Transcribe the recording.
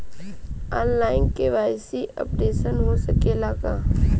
आन line KYC updation हो सकेला का?